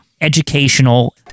educational